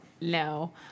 No